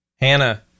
Hannah